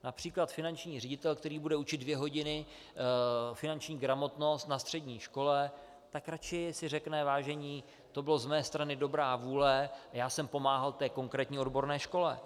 Například finanční ředitel, který bude učit dvě hodiny finanční gramotnost na střední škole, si radši si řekne: vážení, to byla z mé strany dobrá vůle a já jsem pomáhal konkrétní odborné škole.